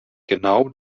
genau